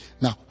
Now